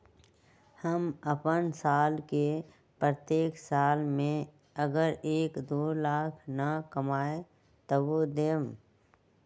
हम अपन साल के प्रत्येक साल मे अगर एक, दो लाख न कमाये तवु देम?